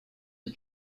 the